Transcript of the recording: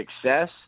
success